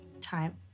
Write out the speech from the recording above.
time